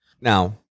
now